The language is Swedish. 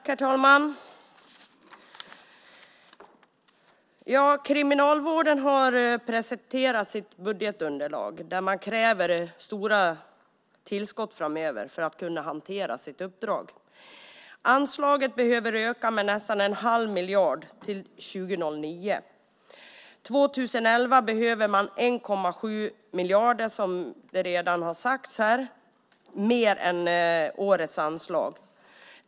Herr talman! Kriminalvården har presenterat sitt budgetunderlag, där man kräver stora tillskott framöver för att kunna hantera sitt uppdrag. Anslaget behöver öka med nästan en halv miljard till 2009. År 2011 behöver man 1,7 miljarder mer än årets anslag.